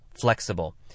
flexible